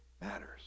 matters